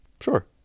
Sure